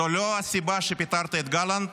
לא זו הסיבה שפיטרת את גלנט?